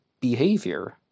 behavior